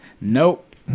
nope